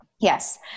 Yes